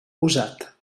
usat